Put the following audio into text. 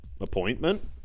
appointment